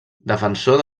defensor